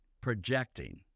projecting